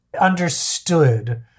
understood